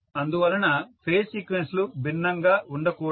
అందువలన phase sequence లు భిన్నంగా ఉండకూడదు